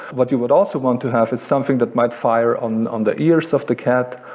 what you would also want to have is something that might fire on on the ears of the cat,